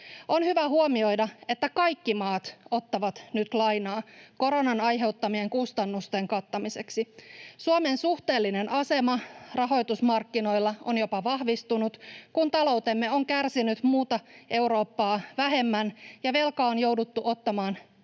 On hyvä huomioida, että kaikki maat ottavat nyt lainaa koronan aiheuttamien kustannuksien kattamiseksi. Suomen suhteellinen asema rahoitusmarkkinoilla on jopa vahvistunut, kun taloutemme on kärsinyt muuta Eurooppaa vähemmän ja velkaa on jouduttu ottamaan verrokkimaita